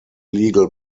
legal